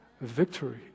victory